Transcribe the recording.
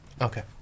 Okay